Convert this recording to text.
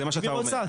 זה מה שאתה אומר.